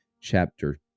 chapter